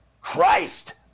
Christ